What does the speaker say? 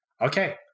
Okay